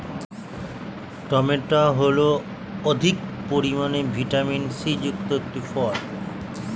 tomato হল অধিক পরিমাণে ভিটামিন সি যুক্ত একটি ফল